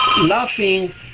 laughing